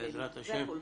בעזרת השם.